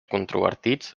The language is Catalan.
controvertits